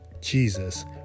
Jesus